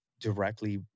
directly